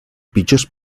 pitjors